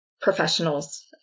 professionals